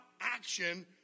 action